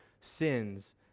sin's